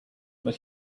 but